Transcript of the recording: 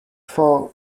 for